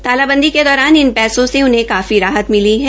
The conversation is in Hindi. तालाबंदी के दौरान इन पैसों के उन्हें काफी राहत मिली है